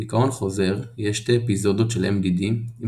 דכאון חוזר יהיה 2 אפיזודות של MDD עם